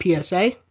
PSA